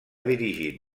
dirigit